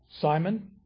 Simon